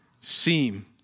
seem